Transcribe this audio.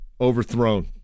overthrown